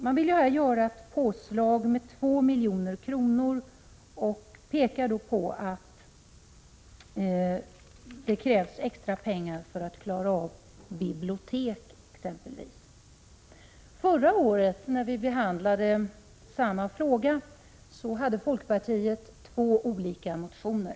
Man vill nu göra ett påslag med 2 milj.kr. och pekar på att det krävs extra pengar för att klara av exempelvis bibliotek. Förra året när vi behandlade samma fråga hade folkpartiet två olika motioner.